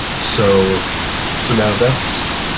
so so now that's